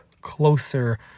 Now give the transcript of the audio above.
closer